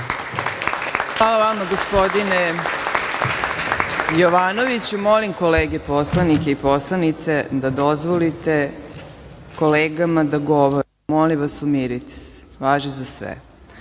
Hvala vama, gospodine Jovanoviću. Molim kolege poslanike i poslanice da dozvolite kolegama da govore. Molim vas umirite se. Važi za sve. Što